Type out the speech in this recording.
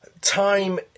time